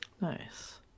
Nice